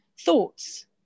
thoughts